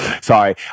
sorry